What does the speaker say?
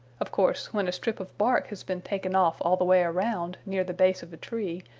of course, when a strip of bark has been taken off all the way around near the base of a tree,